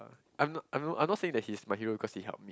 I'm I'm I'm not saying that he's my hero because he helped